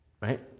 right